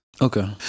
Okay